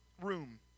room